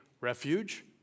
refuge